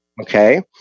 Okay